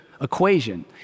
equation